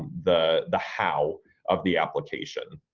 the the how of the application.